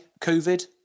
COVID